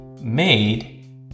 made